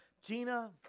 Gina